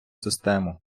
систему